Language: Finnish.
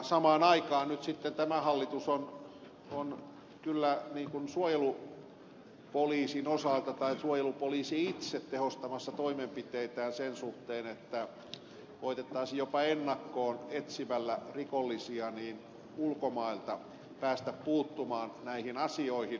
samaan aikaan nyt sitten kyllä suojelupoliisi on tehostamassa toimenpiteitään sen suhteen että koetettaisiin jopa rikollisia ennakkoon ulkomailta etsimällä päästä puuttumaan näihin asioihin